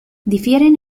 difieren